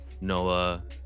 Noah